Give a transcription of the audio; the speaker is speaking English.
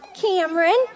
Cameron